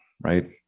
right